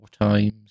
times